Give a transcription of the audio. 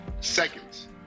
seconds